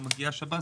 מגיע השב"ס,